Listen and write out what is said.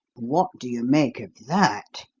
what do you make of that?